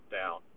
down